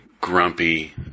grumpy